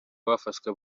bafashwe